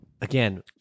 again